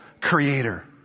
creator